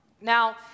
Now